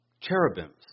cherubims